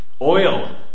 Oil